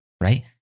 Right